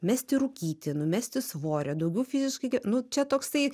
mesti rūkyti numesti svorio daugiau fiziškai nu čia toksai